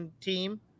team –